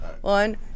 one